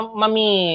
mami